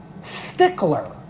Stickler